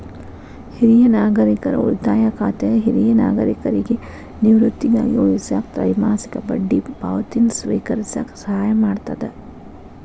ಹಿರಿಯ ನಾಗರಿಕರ ಉಳಿತಾಯ ಖಾತೆ ಹಿರಿಯ ನಾಗರಿಕರಿಗಿ ನಿವೃತ್ತಿಗಾಗಿ ಉಳಿಸಾಕ ತ್ರೈಮಾಸಿಕ ಬಡ್ಡಿ ಪಾವತಿನ ಸ್ವೇಕರಿಸಕ ಸಹಾಯ ಮಾಡ್ತದ